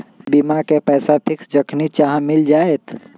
बीमा के पैसा फिक्स जखनि चाहम मिल जाएत?